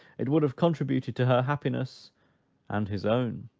it would have contributed to her happiness and his own.